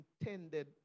intended